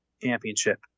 championship